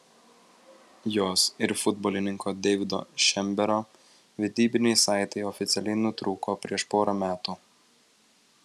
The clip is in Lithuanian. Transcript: jos ir futbolininko deivido šembero vedybiniai saitai oficialiai nutrūko prieš porą metų